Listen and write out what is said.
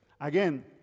again